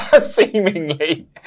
Seemingly